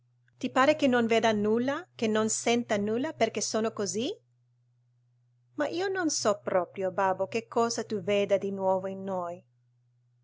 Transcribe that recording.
ti pare che non veda nulla che non senta nulla perché sono così ma io non so proprio babbo che cosa tu veda di nuovo in noi